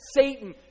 Satan